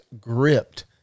gripped